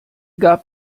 gab